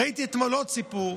ראיתי אתמול עוד סיפור,